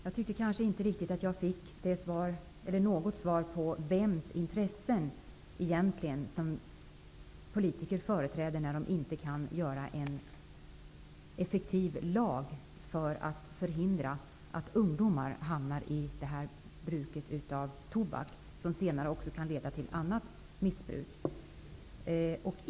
Herr talman! Jag fick kanske inte något svar på vems intressen som politiker egentligen företräder när de inte stiftar en lag för att effektivt förhindra att ungdomar hamnar i bruket av tobak, vilket senare också kan leda till annat missbruk.